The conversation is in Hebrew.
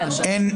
הצבעה לא אושרו.